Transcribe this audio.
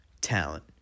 talent